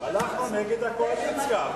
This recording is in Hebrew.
אנחנו נגד הקואליציה.